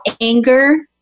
anger